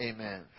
Amen